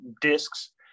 discs